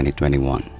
2021